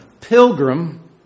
pilgrim